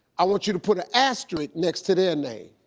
i want you to put an asterisk next to their name.